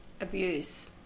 abuse